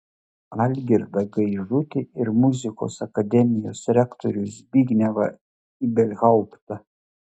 algirdą gaižutį ir muzikos akademijos rektorių zbignevą ibelhauptą